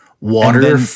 Water